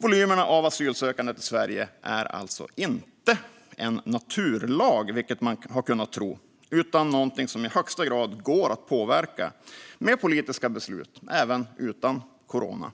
Volymerna av asylsökande till Sverige är alltså inte en naturlag, vilket man har kunnat tro, utan någonting som i högsta grad går att påverka med politiska beslut - även utan corona.